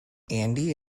andy